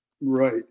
Right